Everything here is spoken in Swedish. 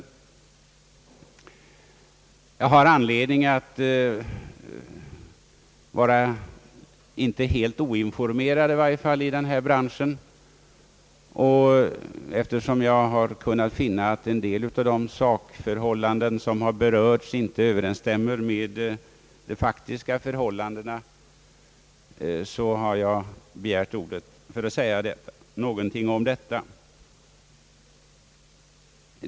Jag är nu inte helt oinformerad när det gäller denna bransch, och eftersom jag har kunnat finna att en del av de sakförhållanden, som har berörts, inte överensstämmer med de faktiska förhållandena, har jag begärt ordet för att säga någonting om detta.